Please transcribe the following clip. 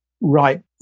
right